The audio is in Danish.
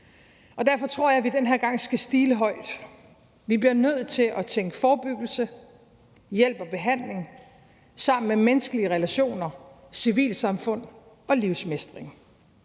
Derfor tror jeg, at vi den her gang skal stile højt. Vi bliver nødt til at tænke forebyggelse, hjælp og behandling sammen med menneskelige relationer, civilsamfund og livsmestring.